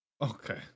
Okay